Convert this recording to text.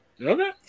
Okay